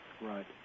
Right